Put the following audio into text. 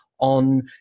on